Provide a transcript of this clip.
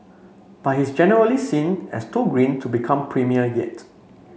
but he's generally seen as too green to become premier yet